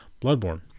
Bloodborne